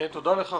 (היו"ר דב חנין) תודה לך,